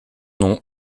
nom